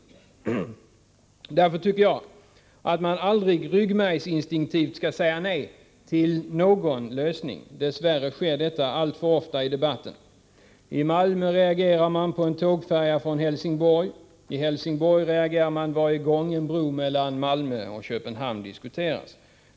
Därför tycker jag att man aldrig ryggmärgsinstinktivt skall säga nej till någon lösning. Dess värre sker detta alltför ofta i debatten: I Malmö reagerar man på en tågfärja från Helsingborg, och i Helsingborg reagerar man varje gång en bro mellan Malmö och Köpenhamn diskuteras.